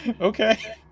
okay